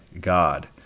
god